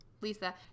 lisa